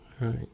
right